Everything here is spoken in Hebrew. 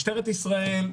משטרת ישראל,